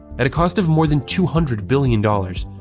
at a cost of more than two hundred billion dollars,